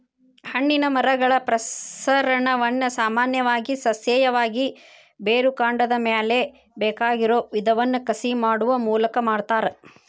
ಹಣ್ಣಿನ ಮರಗಳ ಪ್ರಸರಣವನ್ನ ಸಾಮಾನ್ಯವಾಗಿ ಸಸ್ಯೇಯವಾಗಿ, ಬೇರುಕಾಂಡದ ಮ್ಯಾಲೆ ಬೇಕಾಗಿರೋ ವಿಧವನ್ನ ಕಸಿ ಮಾಡುವ ಮೂಲಕ ಮಾಡ್ತಾರ